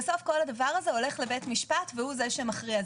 בסוף כל הדבר הזה הולך לבית משפט והוא זה שמכריע.